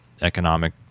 economic